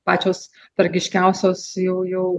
pačios tragiškiausios jau jau